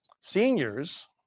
seniors